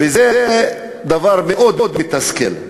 וזה דבר מאוד מתסכל.